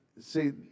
see